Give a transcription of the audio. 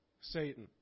Satan